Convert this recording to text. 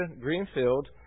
Greenfield